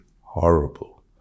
horrible